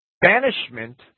banishment